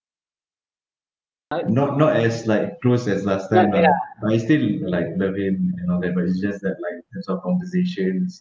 not not as like close as last time lah we still like love him and all that but it's just that like that sort of conversation